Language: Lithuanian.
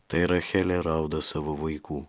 tai rachelė rauda savo vaikų